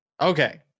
Okay